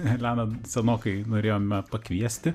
eleną senokai norėjome pakviesti